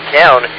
town